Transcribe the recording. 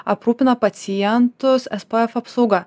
aprūpina pacientus es p ef apsauga